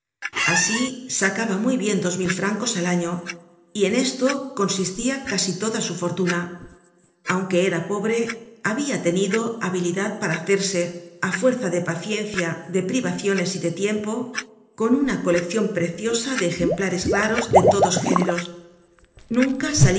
asi sacaba muy bien dos mil francos al año y en esto consistia casi